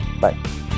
bye